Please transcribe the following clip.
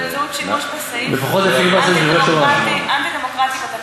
באמצעות שימוש בסעיף אנטי-דמוקרטי בתקנון.